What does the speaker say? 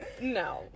no